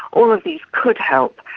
all of these could help,